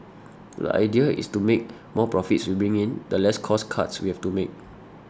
the idea is to make more profits we bring in the less cost cuts we have to make